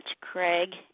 Craig